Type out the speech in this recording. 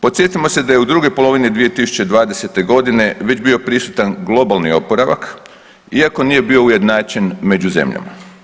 Podsjetimo se da je u drugoj polovini 2020.g. već bio prisutan globalni oporavak iako nije bio ujednačen među zemljama.